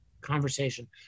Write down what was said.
conversation